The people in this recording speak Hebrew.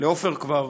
לעופר כבר